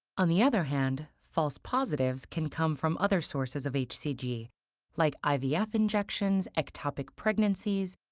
on the other hand, false positives can come from other sources of hcg, like ivf injections, ectopic pregnancies,